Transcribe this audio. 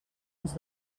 ens